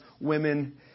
women